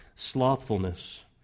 Slothfulness